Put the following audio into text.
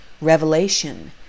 Revelation